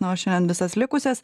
na o šiandien visas likusias